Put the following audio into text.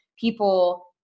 people